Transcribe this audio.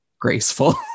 graceful